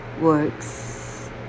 works